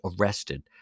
arrested